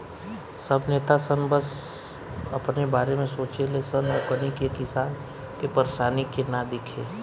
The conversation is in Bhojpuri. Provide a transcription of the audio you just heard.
सब नेता सन बस अपने बारे में सोचे ले सन ओकनी के किसान के परेशानी के ना दिखे